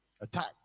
attack